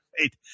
Right